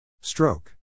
Stroke